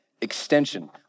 extension